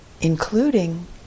including